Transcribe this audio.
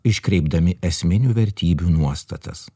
iškreipdami esminių vertybių nuostatas